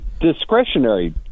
discretionary